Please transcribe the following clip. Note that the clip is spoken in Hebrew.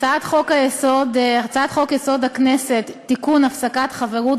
-יסוד: הכנסת (תיקון מס' 42) (הפסקת חברות